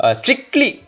strictly